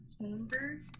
chamber